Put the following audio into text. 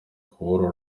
kubura